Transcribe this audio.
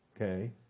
okay